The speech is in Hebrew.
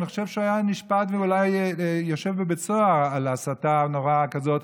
אני חושב שהוא היה נשפט ואולי יושב בבית סוהר על הסתה נוראה כזאת,